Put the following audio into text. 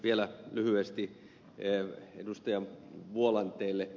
vielä lyhyesti ed